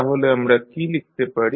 তাহলে আমরা কী লিখতে পারি